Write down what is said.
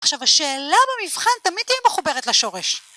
עכשיו, השאלה במבחן תמיד תהיה מחוברת לשורש.